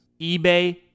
eBay